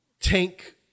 tank